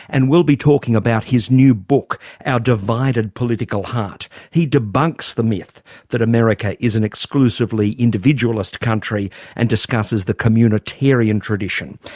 and we'll be talking about his new book our divided political heart. he debunks the myth that america is an exclusively individualist country and discusses the communitarian tradition.